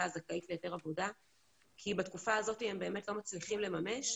הזכאית להיתר עבודה כי בתקופה הזאת הם לא מצליחים לממש,